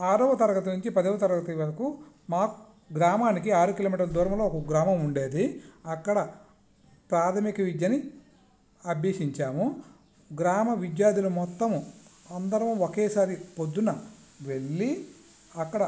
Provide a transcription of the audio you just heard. ఆరవ తరగతి నుంచి పదో తరగతి వరకు మా గ్రామానికి ఆరు కిలోమీటర్ల దూరంలో ఒక గ్రామం ఉండేది అక్కడ ప్రాథమిక విద్యని అభ్యసించాము గ్రామ విద్యార్థులు మొత్తం అందరం ఒకే సారి పొద్దున్నవెళ్ళి అక్కడ